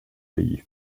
leith